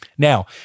Now